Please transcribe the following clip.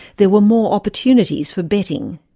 there were more opportunities for betting.